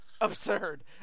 Absurd